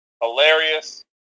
hilarious